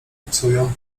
psują